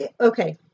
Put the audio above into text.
Okay